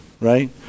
right